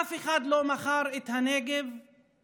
אף אחד לא מכר את הנגב לרע"מ.